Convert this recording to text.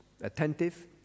attentive